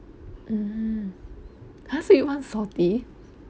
mm !huh! so you want salty